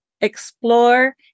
explore